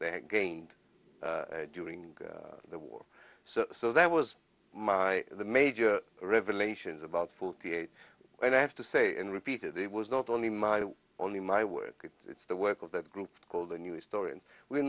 they had gained during the war so so that was my the major revelations about forty eight when i have to say and repeated it was not only my only my work it's the work of that group called a news story and we're